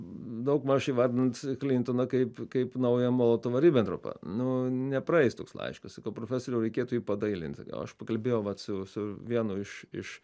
daug maž įvardinant klintoną kaip kaip naują molotovą ribentropą nu nepraeis toks laiškas sakau profesoriau reikėtų jį padailinti gal aš pakalbėjau vat su su vienu iš iš